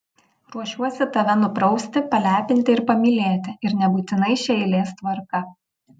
ruošiuosi tave nuprausti palepinti ir pamylėti ir nebūtinai šia eilės tvarka